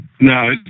No